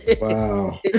Wow